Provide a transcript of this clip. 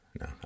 no